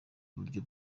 uburyo